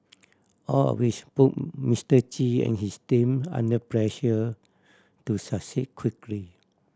all of which put Mister Chi and his team under pressure to succeed quickly